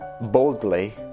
boldly